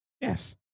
Yes